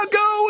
go